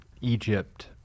Egypt